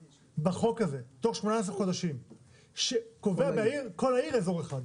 בחוק הזה תוך 18 חודשים שקובע בעיר לכל עיר אזור אחד.